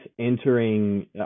entering